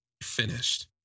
finished